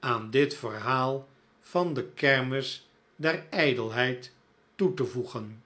aan dit verhaal van de kermis der ijdelheid toe te voegen